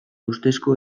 ustezko